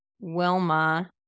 Wilma